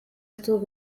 estos